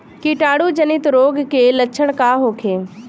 कीटाणु जनित रोग के लक्षण का होखे?